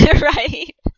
right